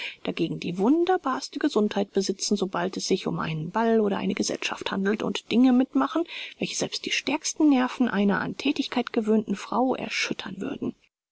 dagegen die wunderbarste gesundheit besitzen sobald es sich um einen ball oder eine gesellschaft handelt und dinge mitmachen welche selbst die stärksten nerven einer an thätigkeit gewöhnten frau erschüttern würden